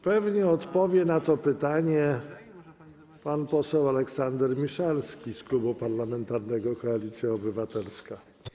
Pewnie odpowie na to pytanie pan poseł Aleksander Miszalski z Klubu Parlamentarnego Koalicja Obywatelska.